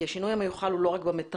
כי השינוי המיוחל הוא לא רק במטרז',